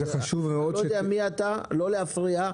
אני לא יודע מי אתה, אבל לא להפריע.